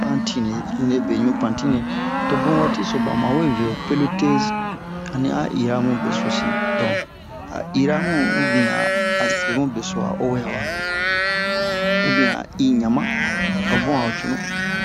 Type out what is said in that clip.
pantine pinle beɲu pantine to bun waati so ba ma we ve ho pelteze ani a ira mu besosi donk a ira mu ubiyɛn ase mu beso a o wɛwa ubiyɛn a i ɲanma a bun a mu cunu